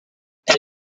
elle